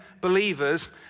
believers